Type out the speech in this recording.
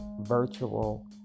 virtual